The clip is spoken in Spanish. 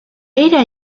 era